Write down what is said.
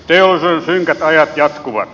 teollisuuden synkät ajat jatkuvat